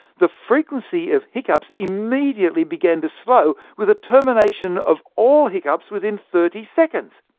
the frequency of hiccups immediately began to slow, with a termination of all hiccups within thirty seconds.